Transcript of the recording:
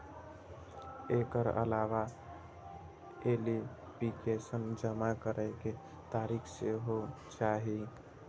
एकर अलावा एप्लीकेशन जमा करै के तारीख सेहो चाही